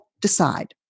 decide